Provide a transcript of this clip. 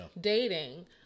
dating